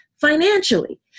financially